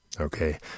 Okay